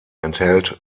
enthält